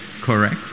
Correct